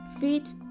feet